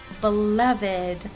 beloved